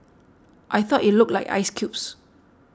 I thought it looked like ice cubes